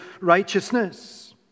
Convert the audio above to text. righteousness